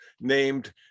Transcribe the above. named